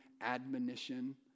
admonition